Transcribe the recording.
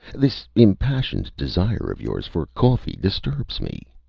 this impassioned desire of yours for coffee disturbs me.